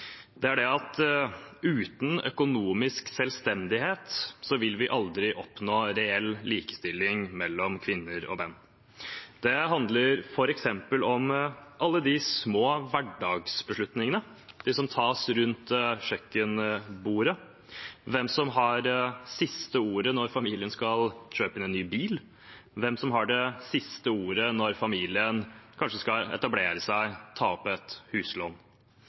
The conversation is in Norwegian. Det er at uten økonomisk selvstendighet vil vi aldri oppnå reell likestilling mellom kvinner og menn. Det handler f.eks. om alle de små hverdagsbeslutningene, de som tas rundt kjøkkenbordet, hvem som har det siste ordet når familien skal kjøpe ny bil, hvem som har det siste ordet når familien kanskje skal etablere seg og ta opp huslån.